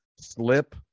slip